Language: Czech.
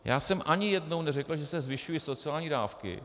Já jsem ani jednou neřekl, že se zvyšují sociální dávky.